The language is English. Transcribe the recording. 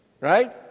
Right